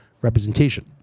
representation